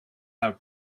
have